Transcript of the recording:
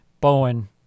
bowen